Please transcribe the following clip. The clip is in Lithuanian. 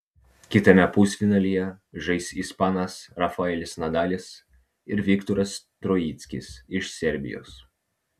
kitame pusfinalyje žais ispanas rafaelis nadalis ir viktoras troickis iš serbijos